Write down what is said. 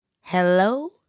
Hello